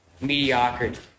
mediocrity